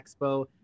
expo